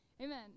amen